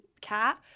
cat